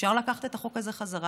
אפשר לקחת את החוק הזה חזרה,